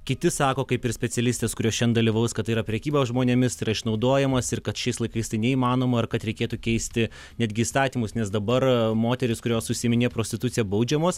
kiti sako kaip ir specialistės kurios šiandien dalyvaus kad tai yra prekyba žmonėmis yra išnaudojamos ir kad šiais laikais tai neįmanoma ir kad reikėtų keisti netgi įstatymus nes dabar moterys kurios užsiiminėja prostitucija baudžiamos